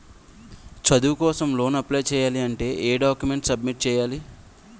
చదువు కోసం loan apply చేయాలి అంటే ఎం డాక్యుమెంట్స్ సబ్మిట్ చేయాలి?